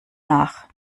nach